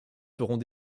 feront